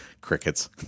crickets